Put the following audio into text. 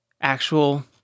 actual